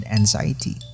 Anxiety